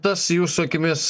tas jūsų akimis